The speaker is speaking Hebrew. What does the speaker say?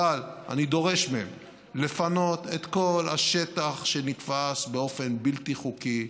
אבל אני דורש מהם לפנות את כל השטח שנתפס באופן בלתי חוקי,